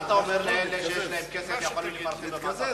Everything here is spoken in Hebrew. מה אתה אומר לאלה שיש להם כסף ויכולים לפרסם במעטפות,